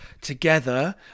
together